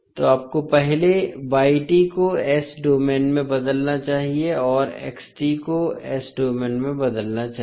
तोआपको पहले को s domain में बदलना चाहिए और को s डोमेन में बदलना चाहिए